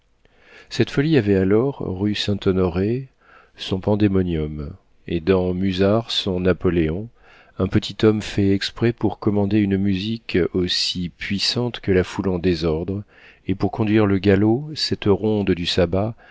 cette folie avait alors rue saint-honoré son pandémonium et dans musard son napoléon un petit homme fait exprès pour commander une musique aussi puissante que la foule en désordre et pour conduire le galop cette ronde du sabbat